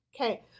Okay